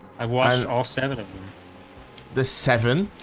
i won all seven of them the seven.